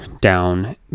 down